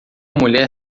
mulher